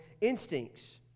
instincts